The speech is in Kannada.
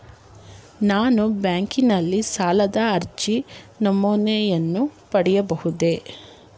ನಾನು ಬ್ಯಾಂಕಿನಲ್ಲಿ ಸಾಲದ ಅರ್ಜಿ ನಮೂನೆಯನ್ನು ಪಡೆಯಬಹುದೇ?